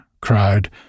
cried